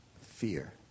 fear